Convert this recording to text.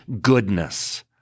goodness